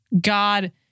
God